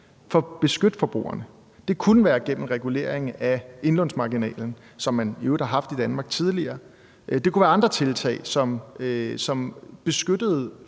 at beskytte forbrugerne. Det kunne være gennem regulering af indlånsmarginalen, hvilket man jo i øvrigt har haft i Danmark tidligere, eller det kunne være andre tiltag, som beskyttede forbrugerne